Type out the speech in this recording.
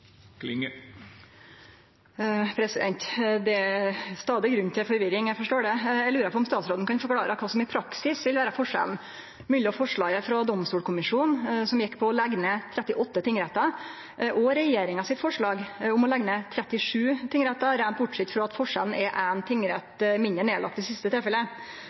Det er stadig grunn til forvirring – eg forstår det. Eg lurar på om statsråden kan forklare kva som i praksis vil vere forskjellen på forslaget frå Domstolkommisjonen, som gjekk ut på å leggje ned 38 tingrettar, og regjeringa sitt forslag om å leggje ned 37 tingrettar, reint bortsett frå at forskjellen er éin tingrett mindre nedlagd i det siste tilfellet.